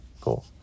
cool